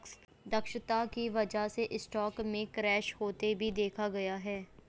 दक्षता की वजह से स्टॉक में क्रैश होते भी देखा गया है